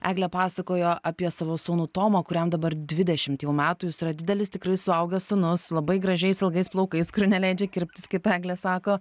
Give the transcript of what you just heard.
eglė pasakojo apie savo sūnų tomą kuriam dabar dvidešimt jau metų jis yra didelis tikrai suaugęs sūnus labai gražiais ilgais plaukais kurių neleidžia kirpt kaip eglė sako